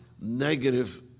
negative